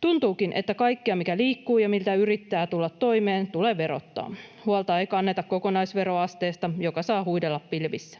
Tuntuukin, että kaikkea, mikä liikkuu ja millä yrittää tulla toimeen, tulee verottaa. Huolta ei kanneta kokonaisveroasteesta, joka saa huidella pilvissä.